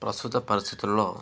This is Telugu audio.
ప్రస్తుత పరిస్థితుల్లో